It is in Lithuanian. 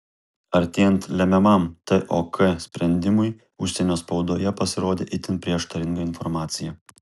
artėjant lemiamam tok sprendimui užsienio spaudoje pasirodė itin prieštaringa informacija